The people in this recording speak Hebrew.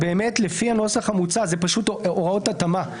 זה פשוט הוראות התאמה.